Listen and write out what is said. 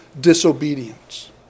disobedience